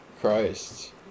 Christ